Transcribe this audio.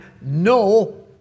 no